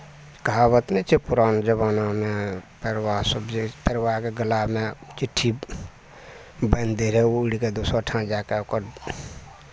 कहावत नहि छै पुरान जमानामे परबासभ जे अछि परबाके गलामे चिट्ठी बान्हि दैत रहय ओ उड़ि कऽ दोसर ठाम जा कऽ ओकर